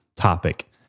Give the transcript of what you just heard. topic